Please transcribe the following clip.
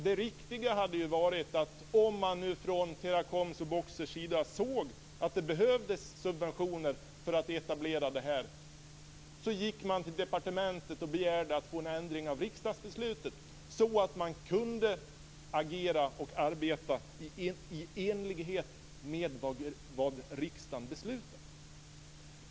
Det riktiga hade varit att, om man från Teracoms och Boxers sida såg att det behövdes subventioner för en etablering, gå till departementet för att begära en ändring av riksdagsbeslutet så att det gick att agera och arbeta i enlighet med vad riksdagen beslutat.